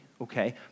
okay